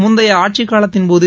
முந்தைய ஆட்சிக்காலத்தின்போது